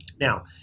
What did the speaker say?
Now